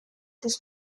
his